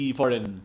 foreign